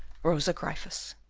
rosa gryphus.